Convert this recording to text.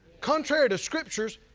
contrary to scriptures,